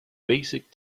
basic